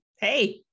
Hey